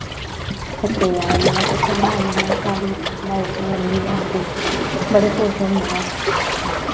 थक्के दे आना नेईं तां कु'त्थै बनानी में सारी रुट्टी बनाई ओड़दी ही मम्मी दे औंदे बड़े खुश होई गेइयां ओह्